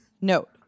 Note